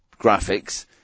graphics